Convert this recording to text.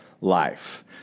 life